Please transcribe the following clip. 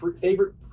Favorite